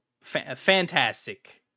fantastic